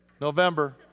November